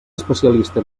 especialista